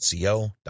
.co